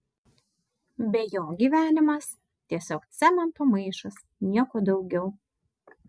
be jo gyvenimas tiesiog cemento maišas nieko daugiau